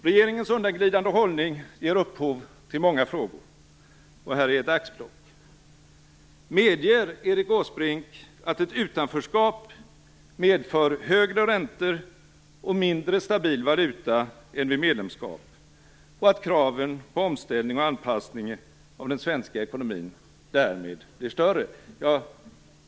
Regeringens undanglidande hållning ger upphov till många frågor. Här följer ett axplock: Medger Erik Åsbrink att ett utanförskap medför högre räntor och mindre stabil valuta än vid medlemskap och att kraven på omställning och anpassning av den svenska ekonomin därmed blir större?